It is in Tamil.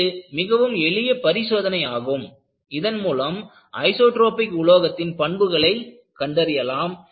இது மிகவும் எளிய பரிசோதனை ஆகும் இதன் மூலம் ஐஸோட்ரோபிக் உலோகத்தின் பண்புகளை கண்டறியலாம்